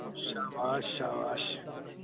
ਸ਼ਾਬਾਸ਼ ਸ਼ਾਬਾਸ਼